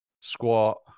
squat